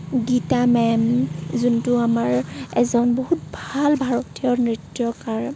Gita ma'am যোনটো আমাৰ এজন বহুত ভাল ভাৰতীয় নৃত্যকাৰ